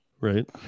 Right